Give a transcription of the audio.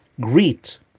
greet